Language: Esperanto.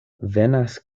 venas